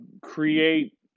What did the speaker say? create